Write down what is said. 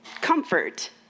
comfort